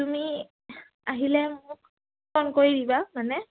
তুমি আহিলে মোক ফোন কৰি দিবা মানে